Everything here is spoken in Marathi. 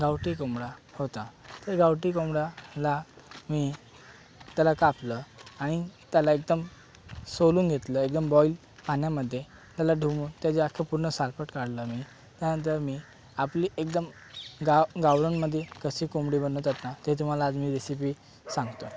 गावठी कोंबडा होता त्या गावठी कोंबड्याला मी त्याला कापलं आणि त्याला एकदम सोलून घेतलं एकदम बॉइल पाण्यामध्ये त्याला डुंबून त्याचं अख्खं पूर्ण सालपट काढलं मी त्यानंतर मी आपली एकदम गाव गावरानमध्ये कशी कोंबडी बनवतात ना ते तुम्हाला आज मी रेसिपी सांगतो